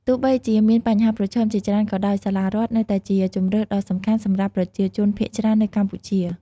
ទោះបីជាមានបញ្ហាប្រឈមជាច្រើនក៏ដោយ សាលារដ្ឋនៅតែជាជម្រើសដ៏សំខាន់ សម្រាប់ប្រជាជនភាគច្រើននៅកម្ពុជា។